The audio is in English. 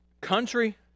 country